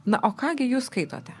na o ką gi jūs skaitote